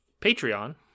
Patreon